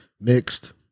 mixed